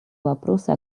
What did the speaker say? вопросы